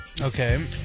Okay